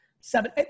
seven